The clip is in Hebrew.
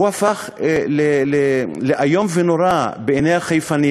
הוא הפך לאיום ונורא בעיני החיפאים,